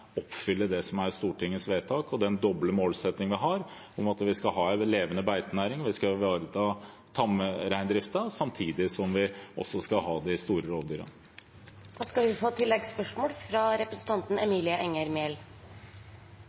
oppfylle det som er Stortingets vedtak, og den doble målsettingen vi har om at vi skal ha en levende beitenæring og ivareta tamreindriften, samtidig som vi også skal ha de store rovdyrene. Det blir oppfølgingsspørsmål – først Emilie Enger Mehl.